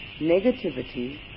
negativity